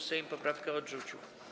Sejm poprawkę odrzucił.